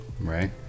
right